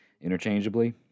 interchangeably